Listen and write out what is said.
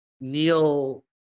Neil